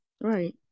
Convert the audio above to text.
right